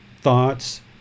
thoughts